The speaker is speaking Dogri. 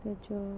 ते च